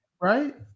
Right